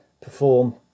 perform